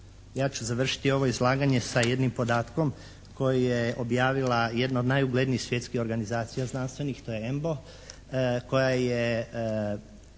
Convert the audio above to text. Ja ću završiti ovo izlaganje sa jednim podatkom koji je objavila jedna od najuglednijih svjetskih organizacija znanstvenih, to je "Embo" koja je